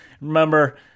Remember